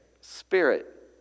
Spirit